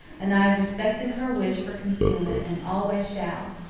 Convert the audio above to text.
and i have respected her wish for concealment and always shall.